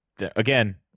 Again